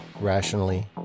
rationally